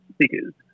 figures